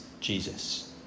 Jesus